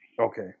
Okay